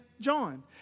John